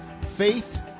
faith